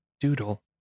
Doodle